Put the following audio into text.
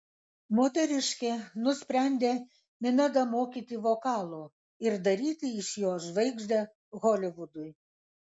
moteriškė nusprendė minedą mokyti vokalo ir daryti iš jo žvaigždę holivudui